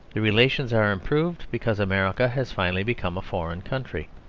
the relations are improved because america has finally become a foreign country.